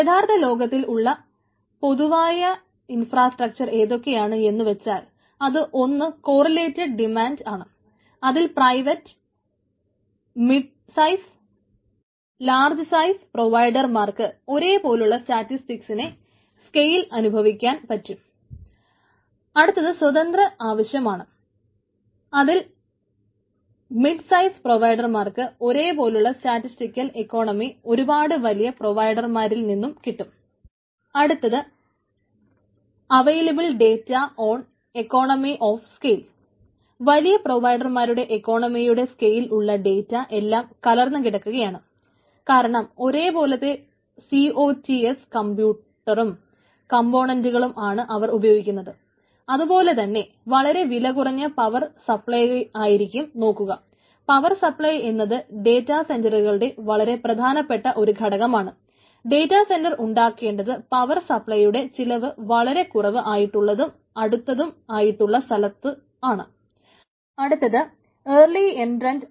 യഥാർത്ഥ ലോകത്തിൽ ഉള്ള പൊതുവായ ഇൻഫ്രാസ്ക്ചർ ഏതൊക്കെയാണ് എന്നുവച്ചാൽ അത് ഒന്ന് കോറിലേറ്റഡ് ഡിമാന്റ്